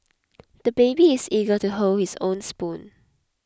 the baby is eager to hold his own spoon